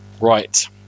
right